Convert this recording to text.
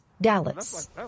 Dallas